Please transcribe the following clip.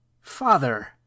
Father